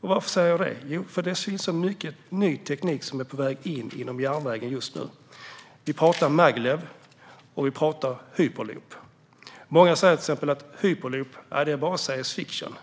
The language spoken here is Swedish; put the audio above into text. Varför säger jag det? Jo, för att det finns så mycket ny teknik som är på väg in inom järnvägen. Jag talar om Maglevtåg och Hyperloop. Många säger att Hyperloop är science fiction.